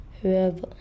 Whoever